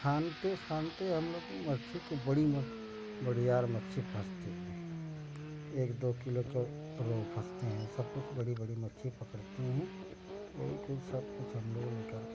छानते छानते हम लोग मच्छी को बड़ी बढ़िया यार फसती नहीं एक दो किलो का रो फसते हैं सब कुछ बड़ी बड़ी मच्छी पकड़ते हैं कोई कोई वही सब कुछ हम लोग लेकर